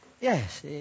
yes